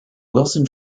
wilson